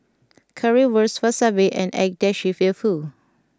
Currywurst Wasabi and Agedashi Dofu